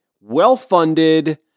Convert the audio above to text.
well-funded